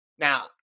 Now